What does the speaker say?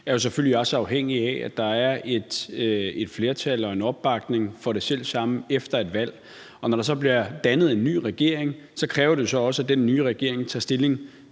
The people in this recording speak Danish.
selvfølgelig også er afhængige af, at der er et flertal for og en opbakning til det selv samme efter et valg. Når der så bliver dannet en ny regering, kræver det jo også, at den nye regering tager stilling